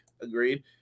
Agreed